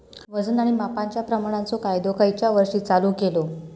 वजन आणि मापांच्या प्रमाणाचो कायदो खयच्या वर्षी चालू केलो?